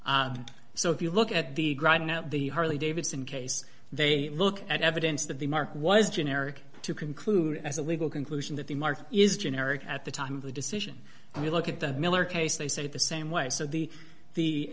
circumstances so if you look at the the harley davidson case they look at evidence that the market was generic to conclude as a legal conclusion that the market is generic at the time of the decision and you look at the miller case they say the same way so the the